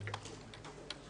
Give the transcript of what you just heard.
הישיבה ננעלה בשעה 10:51.